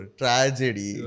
tragedy